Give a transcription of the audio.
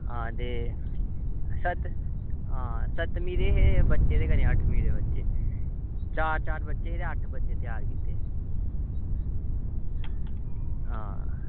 हां ते सतमीं दे हे बच्चे ते कन्नै अठमीं दे बच्चे चार चार बच्चे हे ते अट्ठ बच्चे त्यार कीते हां